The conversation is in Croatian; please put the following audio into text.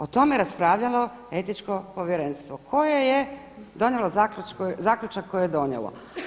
O tome je raspravljalo Etičko povjerenstvo koje je donijelo zaključak koji je donijelo.